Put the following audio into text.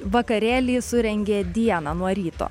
vakarėlį surengė dieną nuo ryto